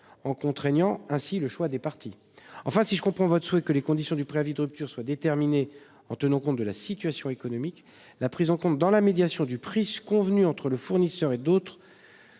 contraignant ainsi le choix des parties. Enfin, si je comprends bien, vous souhaitez que les conditions du préavis de rupture soient déterminées en tenant compte de la situation économique. Dans ce cadre, la prise en compte, dans la médiation, du prix convenu entre le fournisseur et d'autres